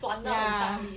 对啊等一下转到很大力